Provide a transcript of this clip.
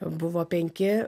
buvo penki